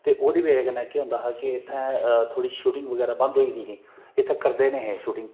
ते ओह्दी बजह कन्नै केह होंदा कि इत्थै शूटिंग बगैरा बंद होई गेई इत्थै करदे नेहे शूटिंग